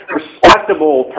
respectable